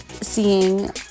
seeing